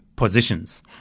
Positions